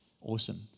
Awesome